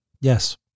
Yes